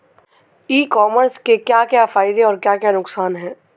ई commerce के क्या क्या फायदे और क्या क्या नुकसान है?